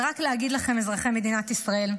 ורק להגיד לכם, אזרחי מדינת ישראל: